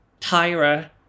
Tyra